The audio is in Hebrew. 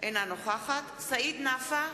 אינה נוכחת סעיד נפאע,